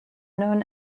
known